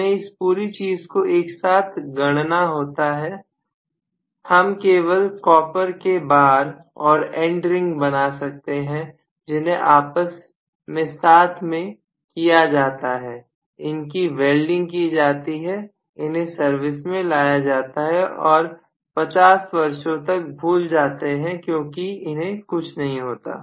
हमें इस पूरी चीज को एक साथ गणना होता है हम केवल कॉपर के बाद और एंड रिंग बना सकते हैं जिन्हें आपस में साथ में किया जाता है इनकी वेल्डिंग की जाती है इन्हें सर्विस में लिया जाता है और 50 वर्षों तक भूल जाते हैं क्योंकि इन्हें कुछ नहीं होता